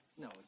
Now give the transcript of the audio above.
No